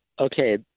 okay